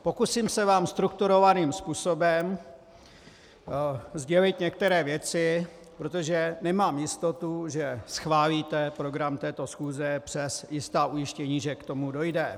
Pokusím se vám strukturovaným způsobem sdělit některé věci, protože nemám jistotu, že schválíte program této schůze, přes jistá ujištění, že k tomu dojde.